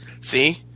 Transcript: See